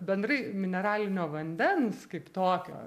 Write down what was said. bendrai mineralinio vandens kaip tokio